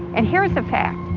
and here is the fact,